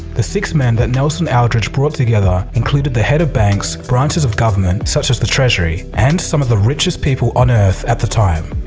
the six men that nelson aldrich brought together included the head of banks, branches of government such as the treasury and some of the richest people on earth at the time.